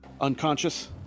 Unconscious